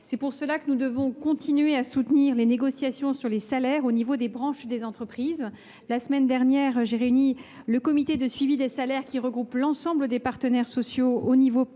C’est pourquoi nous devons continuer à soutenir les négociations sur les salaires au niveau des branches et des entreprises. La semaine dernière, j’ai réuni le comité de suivi des salaires, qui regroupe l’ensemble des partenaires sociaux à l’échelle nationale,